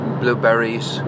blueberries